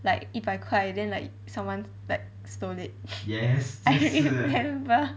like 一百块 then like someone like stole it I remember